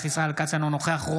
אינו נוכח ישראל כץ,